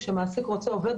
כשמעסיק רוצה עובד,